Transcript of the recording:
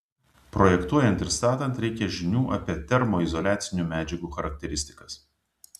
projektuojant ir statant reikia žinių apie termoizoliacinių medžiagų charakteristikas